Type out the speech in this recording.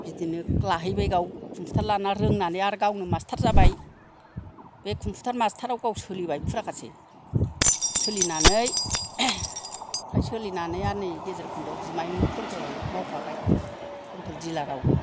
बिदिनो लाहैबाय गाव कम्पुटार लाना रोंनानै आर गावनो मास्टार जाबाय बे कम्फुटार मास्टारआव गाव सोलिबाय फुरागासे सोलिनानै आमफ्राय सोलिनानै आर नै गेजेर खन्द'आव बिमायं खनथलाव मावफाबाय खनथल दिलाराव